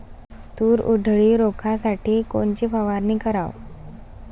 तूर उधळी रोखासाठी कोनची फवारनी कराव?